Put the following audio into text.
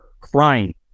crying